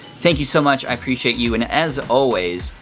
thank you so much, i appreciate you. and as always,